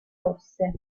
rosse